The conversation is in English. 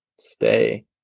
stay